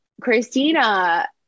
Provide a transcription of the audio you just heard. Christina